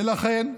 ולכן,